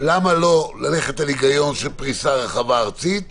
למה לא ללכת על פריסה ארצית רחבה?